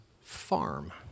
farm